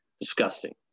disgusting